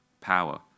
power